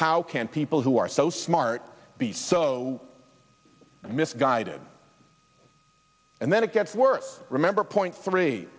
how can people who are so smart be so misguided and then it gets worse remember point three